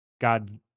God